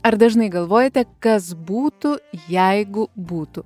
ar dažnai galvojate kas būtų jeigu būtų